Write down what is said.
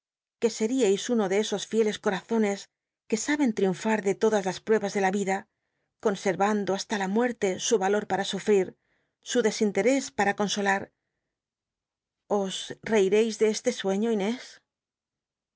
que seríais uno de esos fieles corazones que saben lt'iunfar de todas las pmcbas de la vida consetvando hasta la muerte su valor para sufrir su dcsinterás para consola os t cireis de este sueño inés